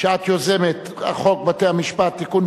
חוק בתי-המשפט (תיקון,